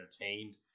entertained